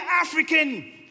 African